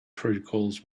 protocols